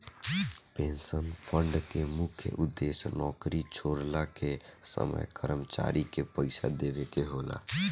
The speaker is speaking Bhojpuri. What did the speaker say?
पेंशन फण्ड के मुख्य उद्देश्य नौकरी छोड़ला के समय कर्मचारी के पइसा देवेके होला